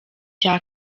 cya